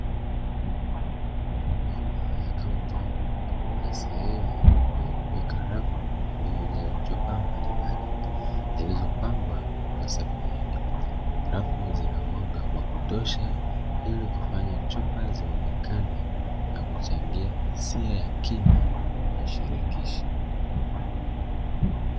Nyuma ya kaunta kuna sehemu ya kuweka rafu, iliyojaa chupa mbalimbali, zilizopangwa kwa safu nyingi. Rafu zina mwanga wa kutosha ili kufanya chupa zionekane na kuchangia hisia ya kina na shirikishi.